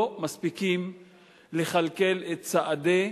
לא מספיקים לכלכל את צעדיהן,